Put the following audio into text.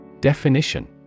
Definition